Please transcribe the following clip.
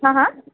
হা হা